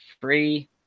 free